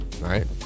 right